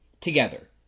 Together